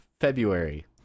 february